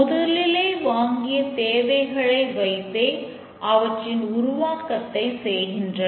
முதலிலே வாங்கிய தேவைகளை வைத்தே அவற்றின் உருவாக்கத்தை செய்கின்றன